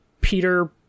Peter